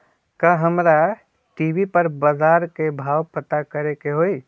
का हमरा टी.वी पर बजार के भाव पता करे के होई?